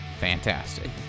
Fantastic